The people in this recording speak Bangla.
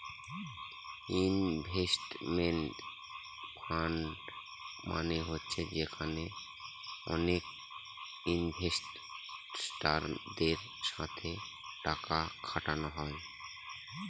ইনভেস্টমেন্ট ফান্ড মানে হচ্ছে যেখানে অনেক ইনভেস্টারদের সাথে টাকা খাটানো হয়